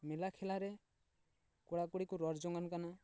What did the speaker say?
ᱢᱮᱞᱟ ᱠᱷᱮᱞᱟ ᱨᱮ ᱠᱚᱲᱟ ᱠᱩᱲᱤ ᱠᱚ ᱨᱚᱲ ᱡᱚᱝᱟᱱ ᱠᱟᱱᱟ